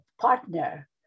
partner